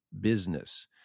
Business